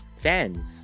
fans